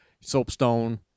soapstone